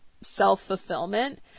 self-fulfillment